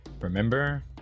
remember